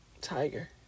tiger